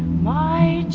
my